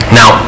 Now